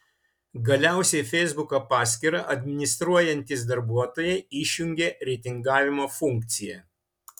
galiausiai feisbuko paskyrą administruojantys darbuotojai išjungė reitingavimo funkciją